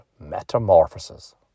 Metamorphosis